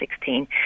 2016